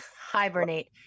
hibernate